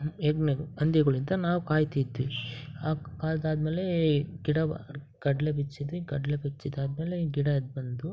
ಹೆಗ್ಣಗುಳ್ ಹಂದಿಗುಳಿಂದ ನಾವು ಕಾಯ್ತಿದ್ವಿ ಅದು ಆದ ಮೇಲೆ ಗಿಡ ಕಡಲೆ ಬಿತ್ತಿಸಿದ್ವಿ ಕಡಲೆ ಬಿತ್ಸಿದ್ದು ಆದ ಮೇಲೆ ಗಿಡ ಎದ್ದು ಬಂದವು